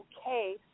okay